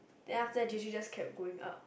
then after J_J just kept going up